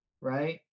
right